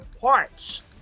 parts